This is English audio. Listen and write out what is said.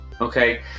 okay